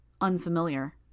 Unfamiliar